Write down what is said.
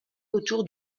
autour